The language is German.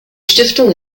stiftung